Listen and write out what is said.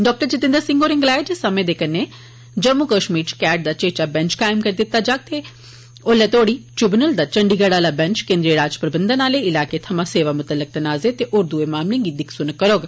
डॉ सिंह होरें गलाया जे समें दे कन्नै जम्मू कश्मीर च कैट दा चेता बैंच कायम करी दित्ता जाग ते ओले तोड़ी ट्रिबुनल दा चंडीगढ़ आला बैंच केन्द्री राज प्रबंध आले इलाके थमां सेवा मुतल्लक तनाजे ते होर दुए मामले गी दिक्खी सुनौग